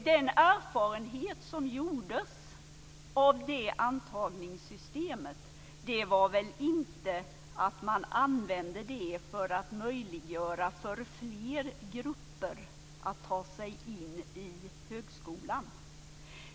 Den erfarenhet som gjordes av det antagningssystemet var väl inte att man använde det för att möjliggöra för fler grupper att ta sig in i högskolan?